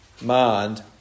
mind